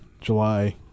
July